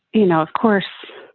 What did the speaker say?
you know, of course,